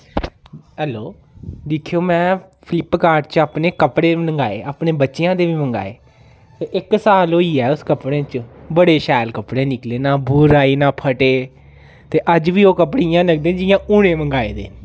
hello दिक्खिओ में Flipkart च अपनी कपड़े मंगवाए अपने बच्चेआं दे बी मंगाए ते इक साल होई गेआ ऐ उस कपड़े च बड़े शैल कपड़े निकले ना बुर आई ना फटे ते अज्ज बी ओह् कपड़े इ'यां लगदे जियां हूनै मंगाए दे